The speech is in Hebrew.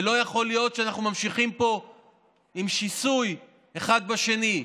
ולא יכול להיות שאנחנו ממשיכים פה עם שיסוי אחד בשני.